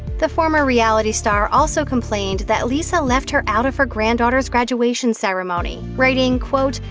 the former reality star also complained that lyssa left her out of her granddaughter's graduation ceremony, writing, quote,